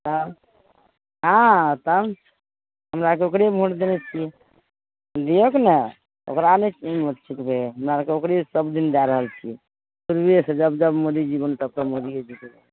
तब हँ तब हमराके ओकरे भोट देबै छियै दिहौक ने ओकरा नहि भोट छेकबै हमरा आरके ओकरे सबदिन दए रहल छियै शुरुएसँ जब जब मोदीजी भेलै तब तब मोदीजीके